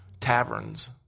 taverns